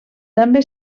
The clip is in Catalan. també